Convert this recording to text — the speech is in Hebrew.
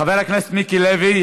חבר הכנסת מיקי לוי,